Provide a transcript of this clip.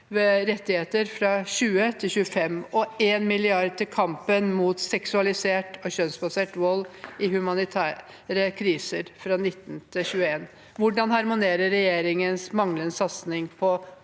rettigheter fra 2020 til 2025 og 1 mrd. kr til kampen mot seksualisert og kjønnsbasert vold i humanitære kriser fra 2019 til 2021. Hvordan harmonerer regjeringens manglende satsing på